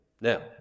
Now